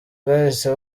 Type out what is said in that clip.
bwahise